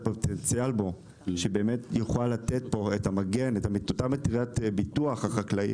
הפוטנציאל שבו כדי שבאמת יוכל לתת את אותה מטריית ביטוח חקלאי